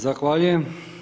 Zahvaljujem.